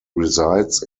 resides